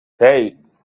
hey